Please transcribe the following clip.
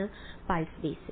വിദ്യാർത്ഥി pulse basis